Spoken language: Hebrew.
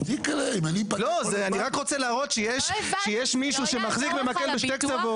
אני רק רוצה להראות שיש מישהו שמחזי במקל בשתי קצוות.